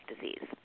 disease